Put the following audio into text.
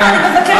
למה?